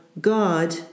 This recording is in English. God